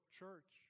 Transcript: church